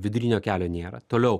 vidurinio kelio nėra toliau